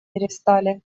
перестали